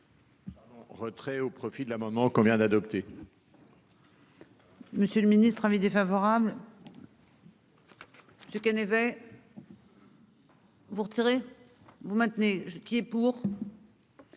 Retrait au profit de l'amendement qu'on vient d'adopter.-- Monsieur le ministre, avis défavorable.-- Ce qu'.-- Vous retirez. Vous maintenez qui est pour.--